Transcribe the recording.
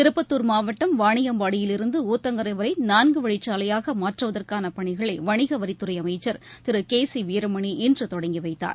திருப்பத்தூர் மாவட்டம் வாணியம்பாடியிலிருந்து ஊத்தங்கரை வரை நான்குவழிச்சாலையாக மாற்றுவதற்கான பணிகளை வணிகவரித்துறை அமைச்சர் திரு கே சி வீரமணி இன்று தொடங்கி வைத்தார்